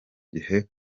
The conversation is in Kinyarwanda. gihe